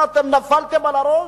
מה, נפלתם על הראש?